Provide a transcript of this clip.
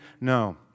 No